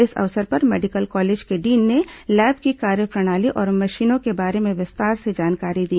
इस अवसर पर मेडिकल कॉलेज के डीन ने लैब की कार्यप्रणाली और मशीनों के बारे में विस्तार से जानकारी दी